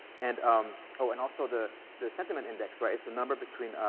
and um so and also, the the sentiment index, right? it's a number between,